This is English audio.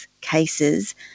cases